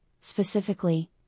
specifically